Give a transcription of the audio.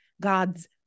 God's